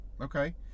Okay